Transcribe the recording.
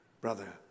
brother